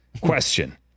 question